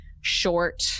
short